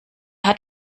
hat